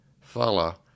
fella